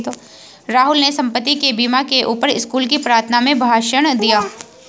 राहुल ने संपत्ति के बीमा के ऊपर स्कूल की प्रार्थना में भाषण दिया